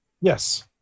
Yes